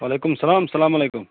وعلیکُم سَلام سَلام وعلیکُم